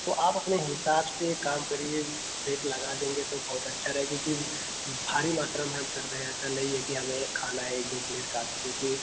तो आप अपने हिसाब से काम करिए रेट लगा देंगे तो बहुत अच्छा रहे क्योंकि भारी मात्रा में हम कर दें ऐसा नहीं है कि हमें खाना है एक दो प्लेट काफी है क्योंकि